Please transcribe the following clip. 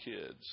kids